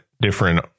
different